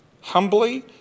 humbly